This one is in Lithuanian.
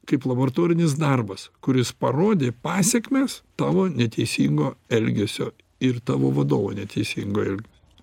kaip laboratorinis darbas kuris parodė pasekmes tavo neteisingo elgesio ir tavo vadovo neteisingo eglesio